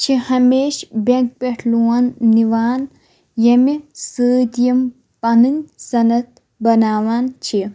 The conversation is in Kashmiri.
چھِ ہمیش بیٚنٛک پیٚٹھ لون نِوان ییٚمہِ سۭتۍ یِم پَنٕنۍ سَنَد بناوان چھِ